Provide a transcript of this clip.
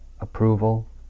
approval